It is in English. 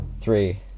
three